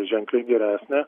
ženkliai geresnė